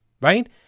right